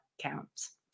counts